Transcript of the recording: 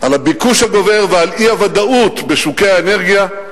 על הביקוש הגובר ועל אי-הוודאות בשוקי האנרגיה,